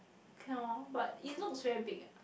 can orh but it looks very big eh